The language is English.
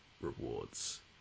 rewards